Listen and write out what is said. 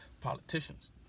politicians